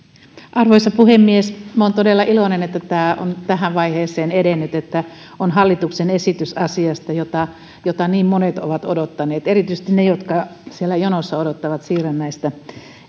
arvoisa puhemies olen todella iloinen että tämä on tähän vaiheeseen edennyt että on hallituksen esitys asiasta jota jota niin monet ovat odottaneet erityisesti ne jotka siellä jonossa odottavat siirrännäistä